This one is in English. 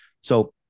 So-